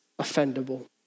offendable